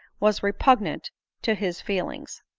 was repugnant to his feelings.